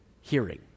Hearing